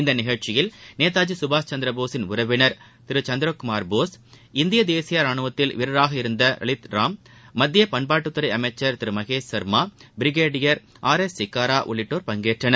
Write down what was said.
இந்த நிகழ்ச்சியில் நேதாஜி சுபாஷ் சந்திரபோஸின் உறவினர் திரு சந்திரகுமார் போஸ் இந்திய தேசிய ராணுவத்தில் வீரராக இருந்த லலித் ராம் மத்திய பண்பாட்டுத்துறை அமைச்சர் திரு Mahesh Sharma brigadier R S Chikara உள்ளிட்டோர் பங்கேற்றனர்